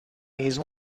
these